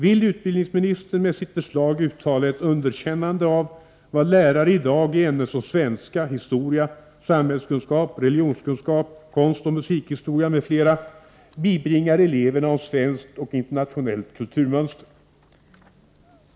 Vill utbildningsministern med sitt förslag uttala ett underkännande av vad lärare i dag i ämnen som svenska, historia, samhällskunskap, religionskunskap samt konstoch musikhistoria bibringar eleverna om svenskt och internationellt kulturmönster?